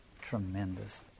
Tremendous